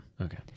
Okay